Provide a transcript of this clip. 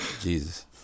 Jesus